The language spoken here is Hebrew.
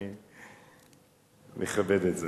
אני מכבד את זה.